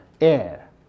air